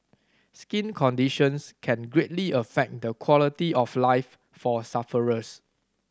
skin conditions can greatly affect the quality of life for sufferers